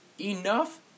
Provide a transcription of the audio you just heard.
enough